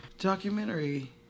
documentary